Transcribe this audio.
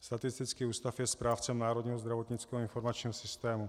Statistický ústav je správcem národního zdravotnického informačního systému.